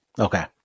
Okay